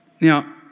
Now